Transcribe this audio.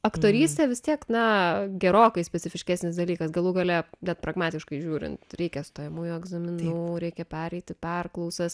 aktorystė vis tiek na gerokai specifiškesnis dalykas galų gale bet pragmatiškai žiūrint reikia stojamųjų egzaminų reikia pereiti perklausas